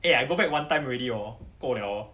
eh I go back one time already lor 够了 hor